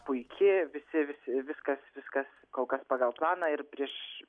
puiki visi visi viskas viskas kol kas pagal planą ir prieš